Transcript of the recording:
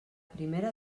primera